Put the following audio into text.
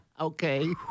Okay